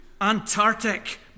Antarctic